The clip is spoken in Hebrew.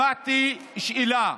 שמעתי שאלה: